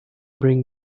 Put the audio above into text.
bring